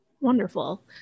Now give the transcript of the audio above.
Wonderful